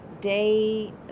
day